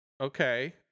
okay